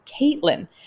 Caitlin